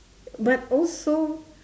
but also